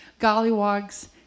Gollywog's